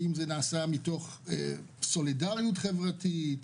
האם זה נעשה מתוך סולידריות חברתית?